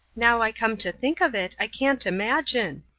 now i come to think of it, i can't imagine.